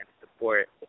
support